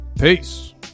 Peace